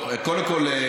קודם כול,